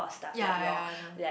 ya ya I know